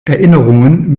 erinnerungen